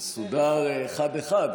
מסודר אחד-אחד.